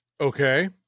Okay